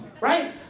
right